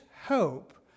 hope